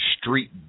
street